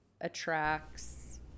attracts